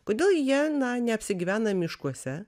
kodėl jie na neapsigyvena miškuose